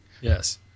Yes